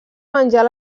menjar